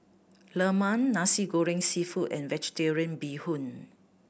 Lemang Nasi Goreng Seafood and Vegetarian Bee Hoon